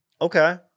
Okay